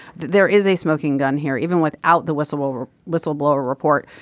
there is a smoking gun here even without the whistleblower whistleblower report.